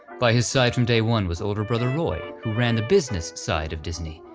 by his side from day one was older brother roy, who ran the business side of disney.